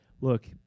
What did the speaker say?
Look